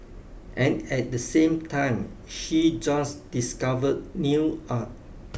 and at the same time she just discovered nail art